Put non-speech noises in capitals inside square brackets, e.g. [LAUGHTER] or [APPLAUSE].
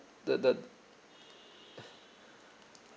the the [NOISE]